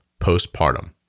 postpartum